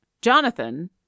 Jonathan